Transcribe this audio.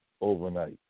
overnight